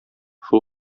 шул